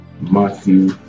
Matthew